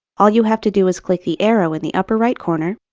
all you have to do is click the arrow in the upper right corner,